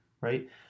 right